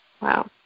Wow